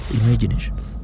imaginations